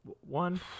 one